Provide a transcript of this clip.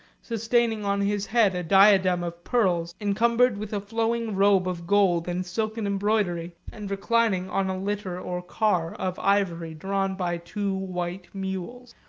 sustaining on his head a diadem of pearls, encumbered with a flowing robe of gold and silken embroidery, and reclining on a litter, or car of ivory, drawn by two white mules.